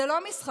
זה לא משחק.